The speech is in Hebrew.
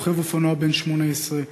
רוכב אופנוע בן 18,